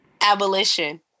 abolition